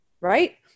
right